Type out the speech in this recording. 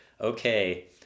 okay